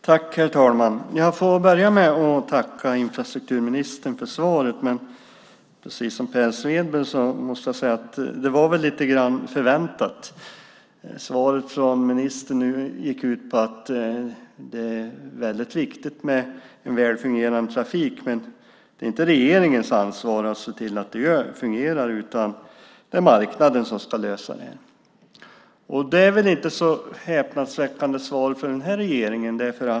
Herr talman! Jag börjar med att tacka infrastrukturministern för svaret. Precis som Per Svedberg sade var det väntat. Svaret från ministern gick ut på att det är väldigt viktigt med en väl fungerande trafik, men det är inte regeringens ansvar att se till att det fungerar. Det är marknaden som ska lösa det. Det är inte något häpnadsväckande svar från den här regeringen.